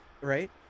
right